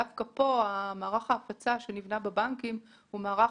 דווקא מערך ההפצה שנבנה בבנקים הוא מערך